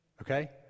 okay